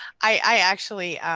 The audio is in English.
i actually